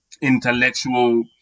intellectual